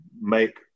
make –